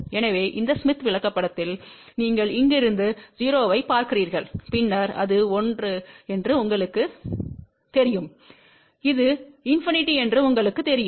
எனவே இந்த ஸ்மித் விளக்கப்படத்தில் நீங்கள் இங்கிருந்து 0 ஐப் பார்க்கிறீர்கள் பின்னர் அது 1 என்று உங்களுக்குத் தெரியும் அது இண்பிநிடி என்று உங்களுக்குத் தெரியும்